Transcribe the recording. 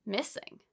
Missing